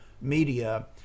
media